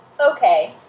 okay